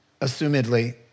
assumedly